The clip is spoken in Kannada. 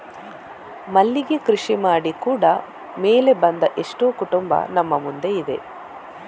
ಮಲ್ಲಿಗೆ ಕೃಷಿ ಮಾಡಿ ಕೂಡಾ ಮೇಲೆ ಬಂದ ಎಷ್ಟೋ ಕುಟುಂಬ ನಮ್ಮ ಮುಂದೆ ಇದೆ